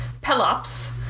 Pelops